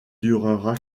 durera